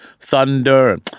thunder